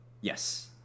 Yes